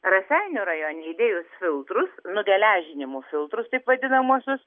raseinių rajone įdėjus filtrus nugeležinimo filtrus taip vadinamuosius